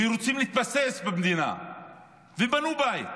ורוצים להתבסס במדינה ובנו בית,